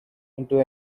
into